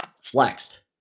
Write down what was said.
flexed